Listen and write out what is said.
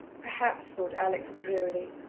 perhaps, thought alex drearily,